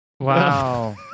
Wow